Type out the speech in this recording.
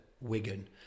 Wigan